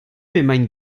emaint